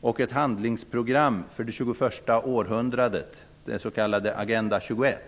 och ett handlingsprogram för det 21:a århundradet, den s.k. Agenda 21.